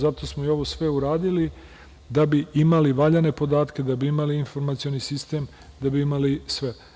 Zato smo i ovo sve uradili da bi imali valjane podatke, da bi imali informacioni sistem, da bi imali sve.